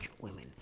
women